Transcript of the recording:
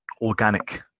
organic